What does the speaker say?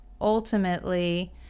ultimately